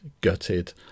gutted